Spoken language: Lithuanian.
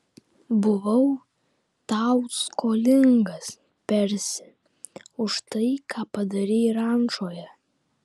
buvau tau skolingas persi už tai ką padarei rančoje